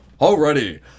Alrighty